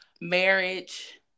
marriage